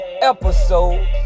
episode